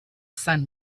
sun